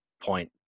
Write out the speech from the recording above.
point